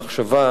מחשבה,